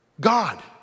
God